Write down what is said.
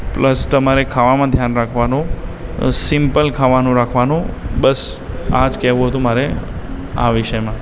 plus તમારે ખાવામાં ધ્યાન રાખવાનું સિમ્પલ ખાવાનું રાખવાનું બસ આ જ કહેવું હતું મારે આ વિષયમાં